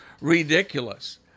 ridiculous